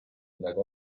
midagi